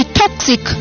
toxic